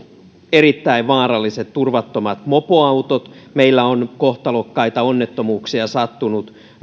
erittäin vaaralliset turvattomat mopoautot meillä on kohtalokkaita onnettomuuksia sattunut